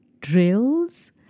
drills